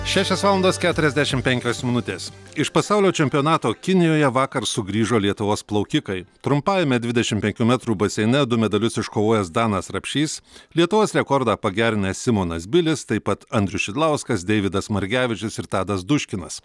šešios valandos keturiasdešim penkios minutės iš pasaulio čempionato kinijoje vakar sugrįžo lietuvos plaukikai trumpajame dvidešim penkių metrų baseine du medalius iškovojęs danas rapšys lietuvos rekordą pagerinęs simonas bilis taip pat andrius šidlauskas deividas margevičius ir tadas duškinas